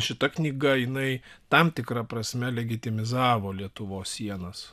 šita knyga jinai tam tikra prasme legitimizavo lietuvos sienas